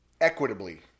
equitably